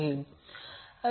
आता केस 3